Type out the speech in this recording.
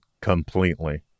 completely